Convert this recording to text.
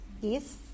Yes